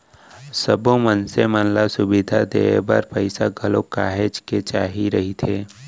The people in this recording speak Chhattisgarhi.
सब्बो मनसे मन ल सुबिधा देवाय बर पइसा घलोक काहेच के चाही रहिथे